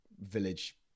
village